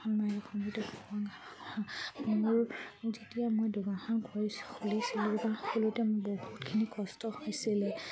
মোৰ যেতিয়া মই দোকানখন কৰি খুলিছিলোঁ দোকান খোলোঁতে মোৰ বহুতখিনি কষ্ট হৈছিলে